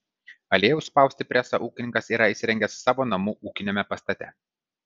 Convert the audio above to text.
aliejui spausti presą ūkininkas yra įsirengęs savo namų ūkiniame pastate